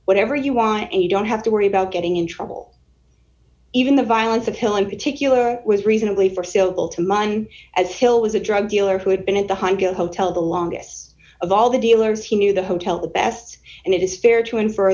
whatever you want and you don't have to worry about getting in trouble even the violence of hill in particular was reasonably forseeable to mine and hill was a drug dealer who had been at the hunger hotel the longest of all the dealers he knew the hotel best and it is fair to infer